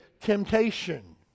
temptation